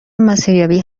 مسیریابی